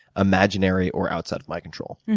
imaginary or outside of my control.